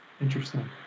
Interesting